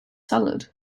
salad